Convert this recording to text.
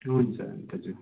हुन्छ हुन्छ